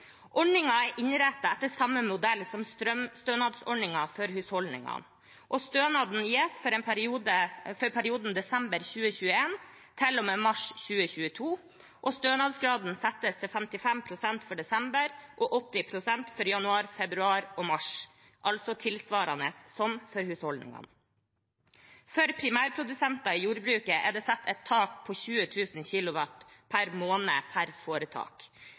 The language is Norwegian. er innrettet etter samme modell som strømstønadsordningen for husholdningene, og stønaden gjelder for perioden desember 2021 til og med mars 2022. Stønadsgraden settes til 55 pst. for desember og 80 pst. for januar, februar og mars, altså tilsvarende som for husholdningene. For primærprodusenter i jordbruket er det satt et tak på 20 000 kWt per måned per foretak.